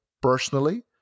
personally